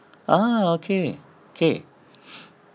ah okay K